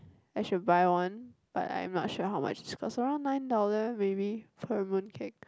I should buy one but I'm not sure how much it's cost around nine dollar maybe per moon cake